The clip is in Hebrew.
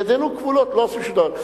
ידינו כבולות, לא עושים שום דבר.